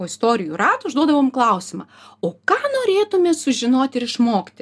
po istorijų rato užduodavom klausimą o ką norėtumėt sužinoti ir išmokti